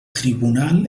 tribunal